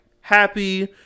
happy